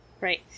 right